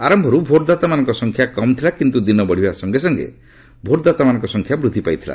ଆରମ୍ଭରୁ ଭୋଟଦାତାମାନଙ୍କ ସଂଖ୍ୟା କମ୍ ଥିଲା କିନ୍ତୁ ଦିନ ବଢିବା ସଙ୍ଗେ ସଙ୍ଗେ ଭୋଟଦାତାମାନଙ୍କ ସଂଖ୍ୟା ବୃଦ୍ଧି ପାଇଥିଲା